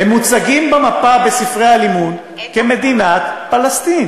הם מוצגים במפה בספרי הלימוד כמדינת פלסטין.